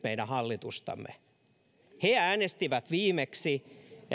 meidän hallitustamme he äänestivät viimeksi